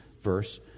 verse